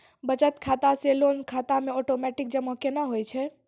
बचत खाता से लोन खाता मे ओटोमेटिक जमा केना होय छै?